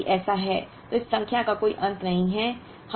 इसलिए यदि ऐसा है तो इस संख्या का कोई अंत नहीं है